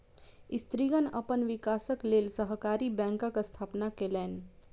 स्त्रीगण अपन विकासक लेल सहकारी बैंकक स्थापना केलैन